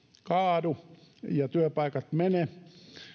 kaadu ja työpaikat mene